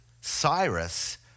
Cyrus